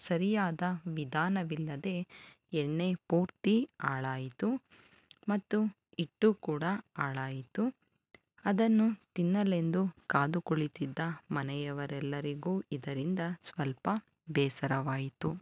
ಸರಿಯಾದ ವಿಧಾನವಿಲ್ಲದೆ ಎಣ್ಣೆ ಪೂರ್ತಿ ಹಾಳಾಯ್ತು ಮತ್ತು ಹಿಟ್ಟು ಕೂಡ ಹಾಳಾಯ್ತು ಅದನ್ನು ತಿನ್ನಲೆಂದು ಕಾದು ಕುಳಿತಿದ್ದ ಮನೆಯವರೆಲ್ಲರಿಗೂ ಇದರಿಂದ ಸ್ವಲ್ಪ ಬೇಸರವಾಯಿತು